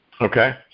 okay